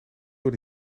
door